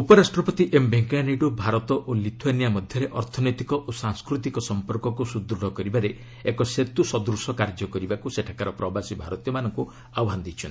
ଉପରାଷ୍ଟ୍ରପତି ଏମ୍ ଭେଙ୍କୟାନାଇଡୁ ଭାରତ ଓ ଲିଥୁଆନିଆ ମଧ୍ୟରେ ଅର୍ଥନୈତିକ ଓ ସାଂସ୍କୃତିକ ସଂପର୍କକୁ ସୁଦୃଢ଼ କରିବାରେ ଏକ ସେତୁ ସଦୂଶ କାର୍ଯ୍ୟ କରିବାକୁ ସେଠାକାର ପ୍ରବାସୀ ଭାରତୀୟମାନଙ୍କୁ ଆହ୍ୱାନ ଦେଇଛନ୍ତି